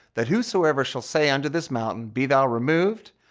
that whosoever shall say unto this mountain, be thou removed,